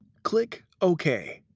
click ok,